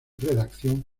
redacción